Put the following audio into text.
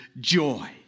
joy